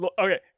Okay